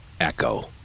Echo